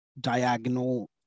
diagonal